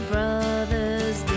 Brothers